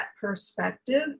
perspective